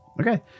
okay